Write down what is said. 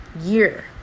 year